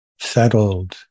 settled